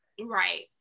right